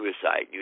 suicide